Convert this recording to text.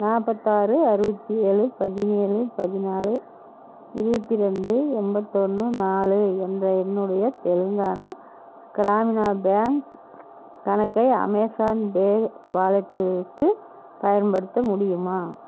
நாற்பத்தாறு அறுபத்தி ஏழு பதினேழு பதினாறு இருபத்தி ரெண்டு எண்பத்தொன்னு நாலு என்ற என்னுடைய தெலுங்கானா கிராமினா பேங்க் கணக்கை அமேசான் பே வாலெட்டுக்கு பயன்படுத்த முடியுமா